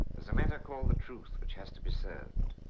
there's a matter called the truth which has to be served.